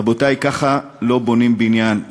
רבותי, ככה לא בונים בניין.